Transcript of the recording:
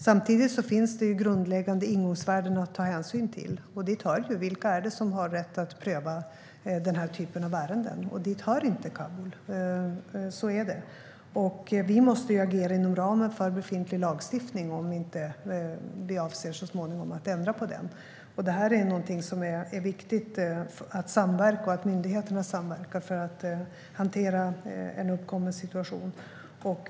Samtidigt finns det grundläggande ingångsvärden att ta hänsyn till, bland annat vilka som har rätt att pröva denna typ av ärenden. Dit hör inte Kabul. Vi måste agera inom ramen för befintlig lagstiftning. Denna kan man så småningom avse att ändra på. Det är viktigt att samverka - och att myndigheterna samverkar - för att hantera en uppkommen situation.